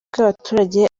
bw’abaturage